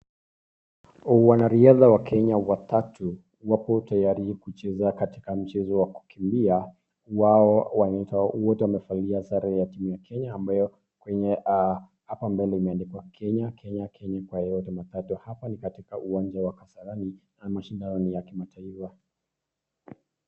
Wanariadha wa Kenya watatu wapo tayari kucheza katika mchezo wa kukimbia. Wao wanaita wote wamevalia sare ya timu ya Kenya ambayo kwenye hapa mbele imeandikwa Kenya, Kenya, Kenya kwa yote matatu. Hapa ni katika uwanja wa Kasarani na mashindano ni ya kimataifa.